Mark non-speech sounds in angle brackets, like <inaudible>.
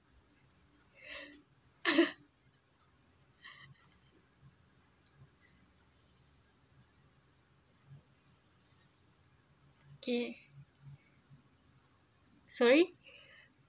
<laughs> okay sorry